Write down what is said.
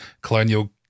Colonial